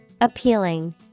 Appealing